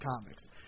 comics